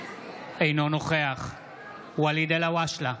אינו נוכח ואליד אלהואשלה,